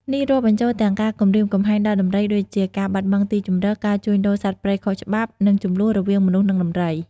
នេះរាប់បញ្ចូលទាំងការគំរាមកំហែងដល់ដំរីដូចជា ការបាត់បង់ទីជម្រក ការជួញដូរសត្វព្រៃខុសច្បាប់ និងជម្លោះរវាងមនុស្សនិងដំរី។